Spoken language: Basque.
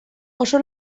oso